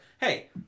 hey